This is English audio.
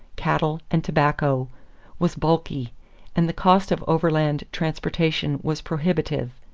cattle, and tobacco was bulky and the cost of overland transportation was prohibitive.